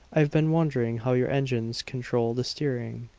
i've been wondering how your engines control the steering.